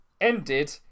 ended